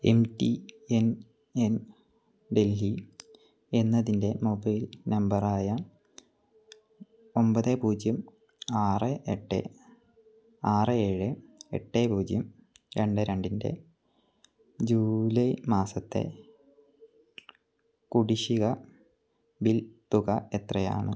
M T N N Delhi എന്നതിൻ്റെ mobile നമ്പറായ ഒമ്പത് പൂജ്യം ആറ് എട്ട് ആറ് ഏഴ് എട്ട് പൂജ്യം രണ്ട് രണ്ടിൻ്റെ ജൂലൈ മാസത്തെ കുടിശ്ശിക ബിൽ തുക എത്രയാണ്